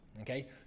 Okay